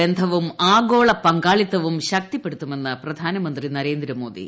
ബന്ധവും ആഗോള പങ്കാളിത്തവും ശക്തിപ്പെടുത്തുമെന്ന് പ്രധാനമൃന്ത്രി നരേന്ദ്രമോദി